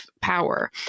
power